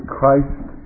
Christ